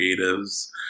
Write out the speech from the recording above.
creatives